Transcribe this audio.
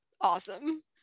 Awesome